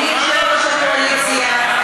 אדוני יושב-ראש הקואליציה,